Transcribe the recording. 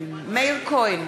מאיר כהן,